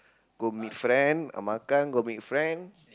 go meet friend uh makan go meet friend